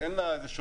אין לה מנגנון